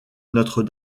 notre